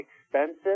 expensive